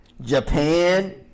Japan